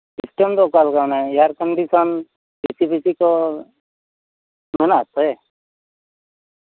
system ᱫᱚ ᱚᱠᱟ ᱞᱮᱠᱟ ᱮᱭᱟᱨ ᱠᱚᱱᱰᱤᱥᱚᱱ ᱮᱥᱤ ᱢᱮᱥᱤ ᱠᱚ ᱢᱮᱱᱟᱜ ᱟᱥᱮ